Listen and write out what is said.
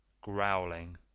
growling